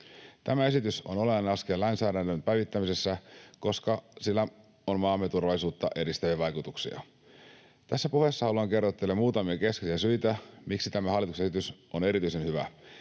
Tämä esitys on olennainen askel lainsäädännön päivittämisessä, koska sillä on maamme turvallisuutta edistäviä vaikutuksia. Tässä puheessa haluan kertoa teille muutamia keskeisiä syitä, miksi tämä hallituksen esitys on erityisen hyvä.